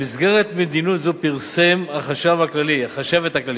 במסגרת מדיניות זו פרסמה החשבת הכללית,